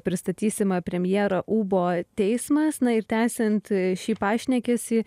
pristatysimą premjerą ūbo teismas na ir tęsiant šį pašnekesį